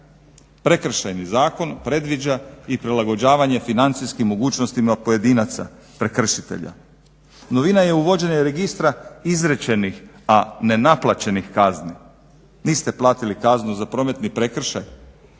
Prekršajni zakon predviđa i prilagođavanje financijskim mogućnostima pojedinaca prekršitelja. Novina je i uvođenje registra izrečenih, a nenaplaćenih kazni. Niste platili kaznu za prometni prekršaj?